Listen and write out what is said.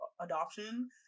adoption –